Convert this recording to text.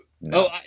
no